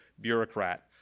bureaucrat